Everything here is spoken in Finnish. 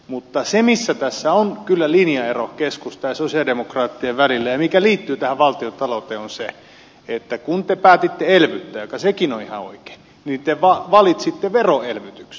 mutta se missä tässä on kyllä linjaero keskustan ja sosialidemokraattien välillä ja mikä liittyy tähän valtiontalouteen on se että kun te päätitte elvyttää mikä sekin on ihan oikein niin te valitsitte veroelvytyksen